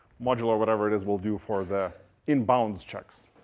module or whatever it is we'll do for the in bounds checks.